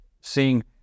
seeing